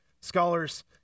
Scholars